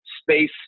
space